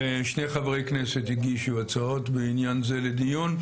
שני חברי כנסת הגישו הצעות בעניין זה לדיון,